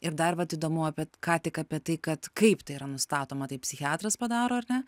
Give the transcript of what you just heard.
ir dar vat įdomu apie t ką tik apie tai kad kaip tai yra nustatoma tai psichiatras padaro ar ne